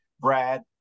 brad